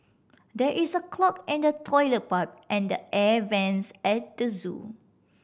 there is a clog in the toilet pipe and the air vents at the zoo